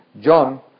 John